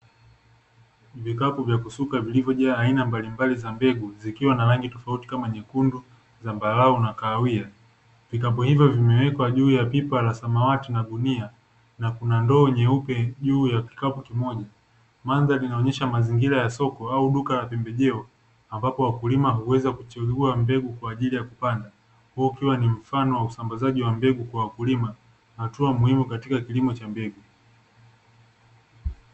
Vikapo vya kusuka vilivyojaa aina mbalimbali za mbegu ikiwa na rangi tofauti kama nyekundu, zambarau na kahawia vikapo ivyo vimewekwa juu ya pipa la samati na gunia na kuna ndoo nyeupe juu ya kikapo kimoja mandhari inaonyesha mazingira ya soko au duka la pembejeo ambapo wakulima huweza kuchagua mbegu kwaajili ya kupanda huu ukiwa mfano wa usambazaji mbegu kwa wakulima hatua muhimu katika kilimo cha mbegu.